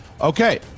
Okay